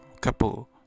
couple